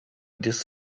this